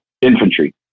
Infantry